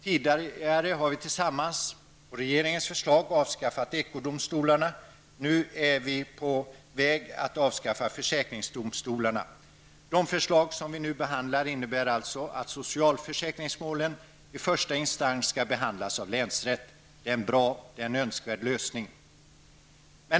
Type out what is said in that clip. Tidigare har vi tillsammans, på regeringens förslag, avskaffat ekodomstolarna, och nu är vi på väg att också avskaffa försäkringsdomstolarna. Det förslag som vi nu behandlar innebär alltså att socialförsäkringsmålen i första instans skall behandlas av länsrätt. Det är en både bra och önskvärd lösning.